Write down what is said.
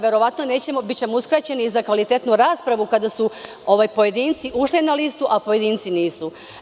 Verovatno ćemo biti uskraćeni u tom slučaju za kvalitetnu raspravu, kada su pojedinci ušli na listu a pojedinci nisu.